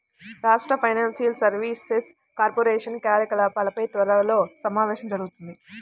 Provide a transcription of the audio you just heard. రాష్ట్ర financial services corporation కార్యకలాపాలపై త్వరలో సమావేశం జరుగుతుంది